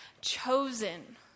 chosen